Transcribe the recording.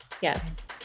Yes